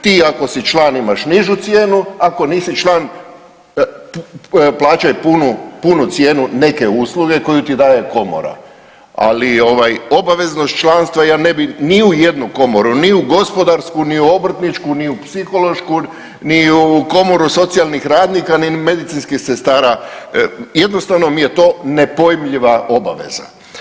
Ti ako si član imaš nižu cijenu, ako nisi član, plaćaj punu cijenu neke usluge koju ti daje komora, ali ovaj, obaveznost članstva ja ne bi ni u jednu komoru, ni u gospodarsku ni u obrtničku ni u psihološku ni u Komoru socijalnih radnika ni medicinskih sestara, jednostavno mi je to nepojmljiva obaveza.